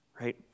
Right